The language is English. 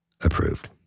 approved